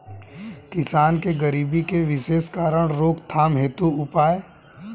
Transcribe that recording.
किसान के गरीबी के विशेष कारण रोकथाम हेतु उपाय?